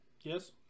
yes